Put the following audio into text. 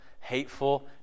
hateful